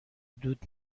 دود